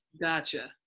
gotcha